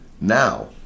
Now